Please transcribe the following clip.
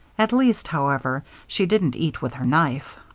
at least, however, she didn't eat with her knife.